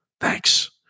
thanks